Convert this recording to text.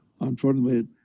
Unfortunately